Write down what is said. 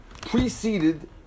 preceded